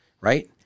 Right